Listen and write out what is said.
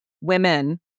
women